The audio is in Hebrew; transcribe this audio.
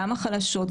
גם החלשות,